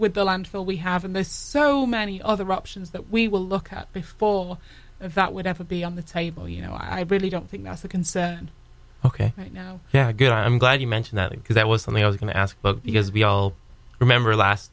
with the landfill we have and there's so many other options that we will look at before that would ever be on the table you know i really don't think that's the concern ok right now yeah good i'm glad you mentioned that because that was something i was going to ask but because we all remember last